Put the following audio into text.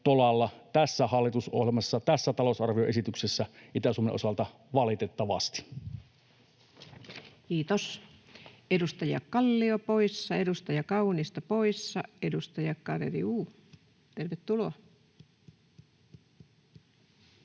tässä hallitusohjelmassa, tässä talousarvioesityksessä — valitettavasti. Kiitos. — Edustaja Kallio poissa, edustaja Kaunisto poissa. — Edustaja Garedew, tervetuloa.